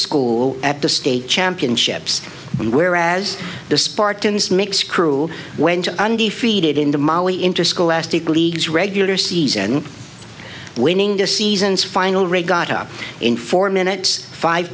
school at the state championships whereas the spartans makes cruel went undefeated in the molly interscholastic leagues regular season winning the season's final regatta in four minutes five